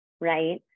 right